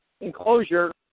enclosure